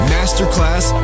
Masterclass